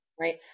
right